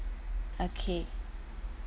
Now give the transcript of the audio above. okay